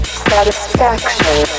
satisfaction